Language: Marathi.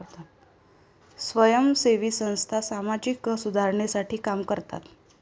स्वयंसेवी संस्था सामाजिक सुधारणेसाठी काम करतात